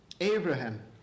Abraham